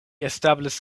establis